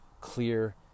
clear